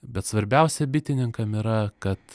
bet svarbiausia bitininkam yra kad